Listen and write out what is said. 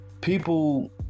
people